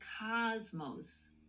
cosmos